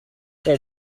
they